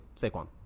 Saquon